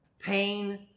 pain